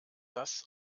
das